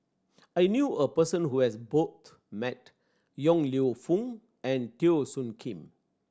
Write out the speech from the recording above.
I knew a person who has met Yong Lew Foong and Teo Soon Kim